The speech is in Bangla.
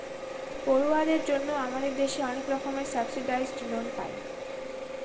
পড়ুয়াদের জন্য আমাদের দেশে অনেক রকমের সাবসিডাইসড লোন পায়